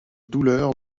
douleur